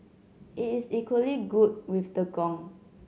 it is equally good with the gong